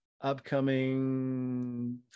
upcoming